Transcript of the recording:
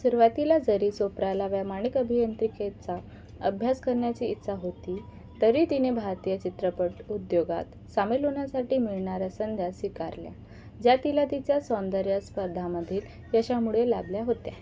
सुरुवातीला जरी चोप्राला वैमानिक अभियांत्रिकीचा अभ्यास करण्याची इच्छा होती तरी तिने भारतीय चित्रपट उद्योगात सामील होण्यासाठी मिळणाऱ्या संध्या स्वीकारल्या ज्या तिला तिच्या सौंदर्यस्पर्धामधील यशामुळे लाभल्या होत्या